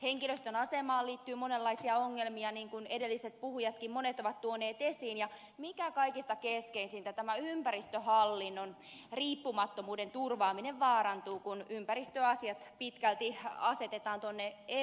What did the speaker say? henkilöstön asemaan liittyy monenlaisia ongelmia niin kuin monet edelliset puhujatkin ovat tuoneet esiin ja mikä kaikista keskeisintä ympäristöhallinnon riippumattomuuden turvaaminen vaarantuu kun ympäristöasiat pitkälti asetetaan jatkossa elyihin